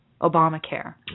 Obamacare